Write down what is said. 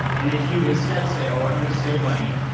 and if you instead say, oh i'm going to save money.